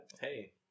Hey